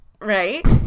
Right